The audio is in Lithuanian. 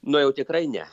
nu jau tikrai ne